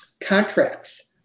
contracts